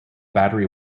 battery